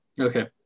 Okay